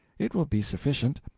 it will be sufficient.